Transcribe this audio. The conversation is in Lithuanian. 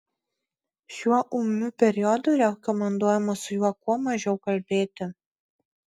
šiuo ūmiu periodu rekomenduojama su juo kuo mažiau kalbėti